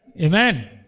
Amen